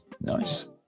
nice